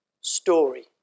story